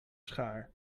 schaar